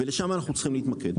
ושם אנחנו צריכים להתמקד.